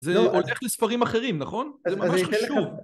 זה הולך לספרים אחרים, נכון? זה ממש חשוב.